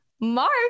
Mark